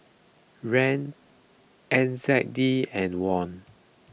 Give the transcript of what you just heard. Riel N Z D and Won